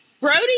Brody